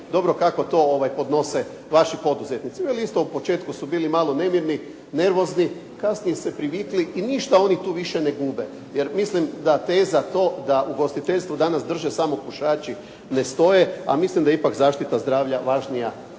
dobro kako to podnose vaši poduzetnici? Veli isto u početku su bili malo nemirni, nervozni. Kasnije se privikli i ništa oni više tu ne gube. Jer mislim da teza to da ugostiteljstvo danas drže samo pušači ne stoje, pa mislim da je ipak zaštita zdravlja važnija